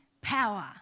power